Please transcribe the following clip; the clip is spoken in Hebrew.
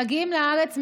מגיעים לארץ,